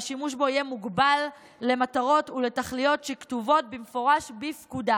והשימוש בו יהיה מוגבל למטרות ולתכליות שכתובות במפורש בפקודה,